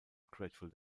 grateful